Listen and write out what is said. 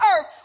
earth